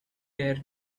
there